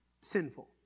Sinful